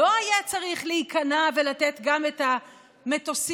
לא היה צריך להיכנע ולתת גם את המטוסים,